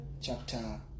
chapter